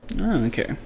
Okay